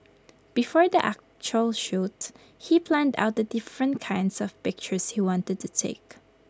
before the actual shoot he planned out the different kinds of pictures he wanted to take